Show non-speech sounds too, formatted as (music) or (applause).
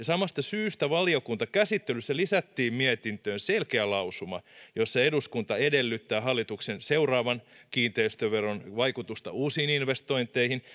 (unintelligible) samasta syystä valiokuntakäsittelyssä lisättiin mietintöön selkeä lausuma jossa eduskunta edellyttää hallituksen seuraavan kiinteistöveron vaikutusta uusiin investointeihin (unintelligible)